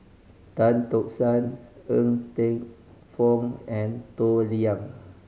Tan Tock San Ng Teng Fong and Toh Liying